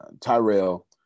Tyrell